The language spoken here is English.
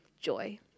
joy